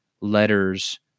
letters